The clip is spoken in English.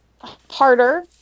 harder